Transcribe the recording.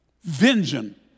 Vengeance